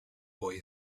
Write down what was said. boy